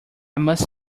must